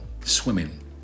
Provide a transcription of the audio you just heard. swimming